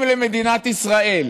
אם למדינת ישראל